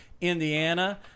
Indiana